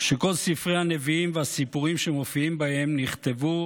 שכל ספרי הנביאים והסיפורים שמופיעים בהם נכתבו